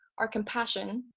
our compassion,